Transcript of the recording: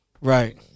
Right